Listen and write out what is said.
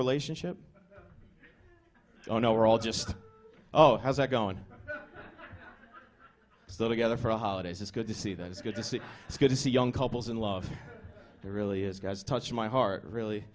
relationship oh no we're all just oh has that going so together for the holidays it's good to see that it's good to see it's good to see young couples in love it really is guys touching my heart really